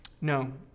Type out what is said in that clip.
no